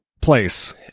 place